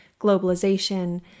globalization